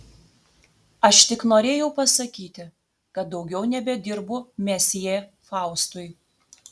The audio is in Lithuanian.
aš tik norėjau pasakyti kad daugiau nebedirbu mesjė faustui